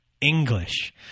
English